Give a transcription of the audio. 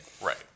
Right